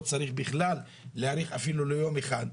צריך להאריך את הוועדה אפילו לא ביום אחד.